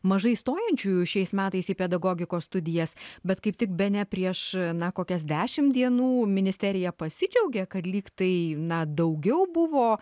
mažai stojančiųjų šiais metais į pedagogikos studijas bet kaip tik bene prieš na kokias dešim dienų ministerija pasidžiaugė kad lyg tai na daugiau buvo